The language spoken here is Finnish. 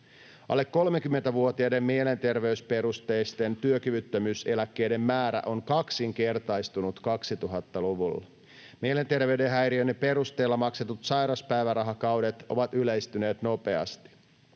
Alle 30-vuotiaiden mielenterveysperusteisten työkyvyttömyyseläkkeiden määrä on kaksinkertaistunut 2000-luvulla. Mielenterveyden häiriöiden perusteella maksetut sairauspäivärahakaudet ovat yleistyneet nopeasti.